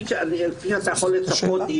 כפי שאתה יכול לצפות,